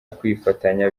kwifatanya